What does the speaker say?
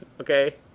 okay